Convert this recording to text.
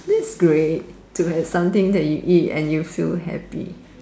this great to have something that you and you can eat and feel happy